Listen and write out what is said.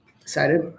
excited